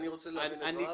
אני רוצה להבין את דבריו.